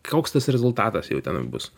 koks tas rezultatas jau tenai bus